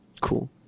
Cool